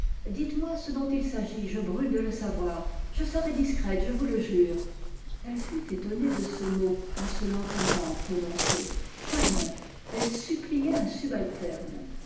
dites-moi ce dont il s'agit je brûle de le savoir je serai discrète je vous le jure elle fut étonnée de ce mot en se l'entendant prononcer quoi donc elle suppliait un subalterne